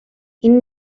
این